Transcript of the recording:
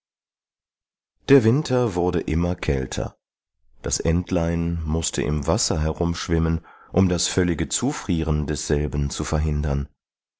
der winter wurde immer kälter das entlein mußte im wasser herumschwimmen um das völlige zufrieren desselben zu verhindern